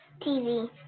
TV